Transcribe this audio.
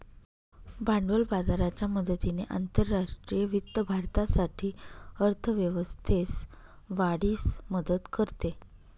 भांडवल बाजाराच्या मदतीने आंतरराष्ट्रीय वित्त भारतासाठी अर्थ व्यवस्थेस वाढीस मदत करते